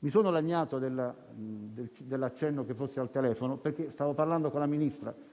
Mi sono lagnato dell'accenno che fossi al telefono solo perché stavo parlando con la Ministra.